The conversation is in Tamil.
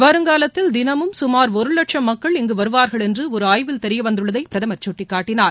வருங்காலத்தில் தினமும் சுமார் ஒரு லட்சும் மக்கள் இங்கு வருவார்கள் என்று ஒரு ஆய்வில் தெரிய வந்துள்ளதை பிரதமர் சுட்டிக்காட்டினார்